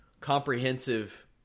comprehensive